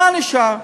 מה נשאר?